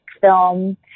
film